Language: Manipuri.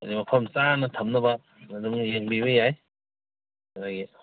ꯑꯗꯒꯤ ꯃꯐꯝ ꯆꯥꯅ ꯊꯝꯅꯕ ꯑꯗꯨꯝ ꯌꯦꯡꯕꯤꯕ ꯌꯥꯏ ꯑꯩꯈꯣꯏꯒꯤ